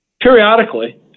Periodically